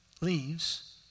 leaves